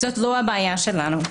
זאת לא הבעיה שלנו.